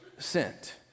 sent